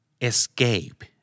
Escape